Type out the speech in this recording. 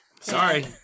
Sorry